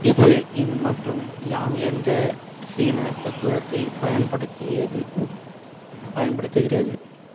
இது இன் மற்றும் யாங் என்ற சீன தத்துவத்தைப் பயன்படுத்தியது பயன்படுத்துகிறது